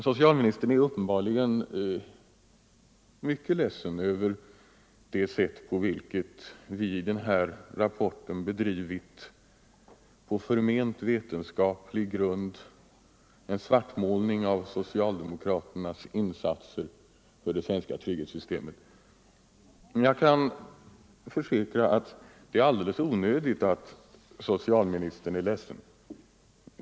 Socialministern är uppenbarligen mycket ledsen över det sätt på vilket vi i denna rapport enligt hans uppfattning på förment vetenskaplig grund svartmålat socialdemokraternas insatser för det svenska trygghetssystemet. Jag kan försäkra att det är alldeles onödigt att socialministern är ledsen.